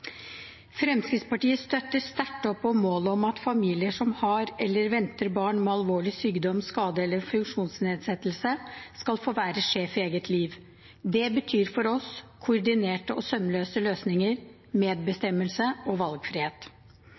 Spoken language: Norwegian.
Fremskrittspartiet støtter sterkt opp om målet om at familier som har eller venter barn med alvorlige sykdom, skade eller funksjonsnedsettelse, skal få være sjef i eget liv. Det betyr for oss koordinerte og sømløse løsninger, medbestemmelse og valgfrihet.